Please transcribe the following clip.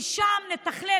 כי שם נתכלל.